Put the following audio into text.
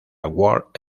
world